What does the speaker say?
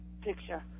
picture